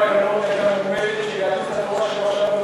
גלאון הייתה מועמדת של יהדות התורה בשבוע שעבר,